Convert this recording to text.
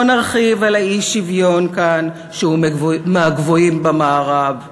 לא נרחיב על האי-שוויון כאן, שהוא מהגבוהים במערב,